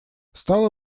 стало